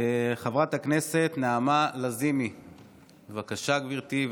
חברת הכנסת נעמה לזימי, בבקשה, גברתי.